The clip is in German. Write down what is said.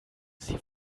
sie